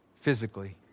physically